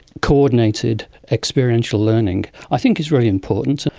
coordinated experiential learning i think is really important.